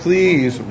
Please